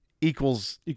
equals